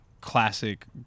classic